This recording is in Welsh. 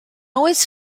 oes